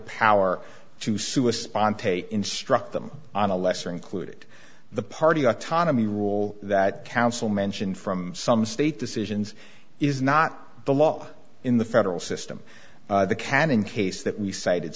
power to sue a spontaneous instruct them on a lesser included the party autonomy rule that counsel mention from some state decisions is not the law in the federal system the canon case that we cited